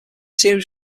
series